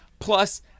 plus